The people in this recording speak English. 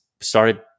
started